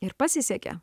ir pasisekė